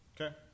Okay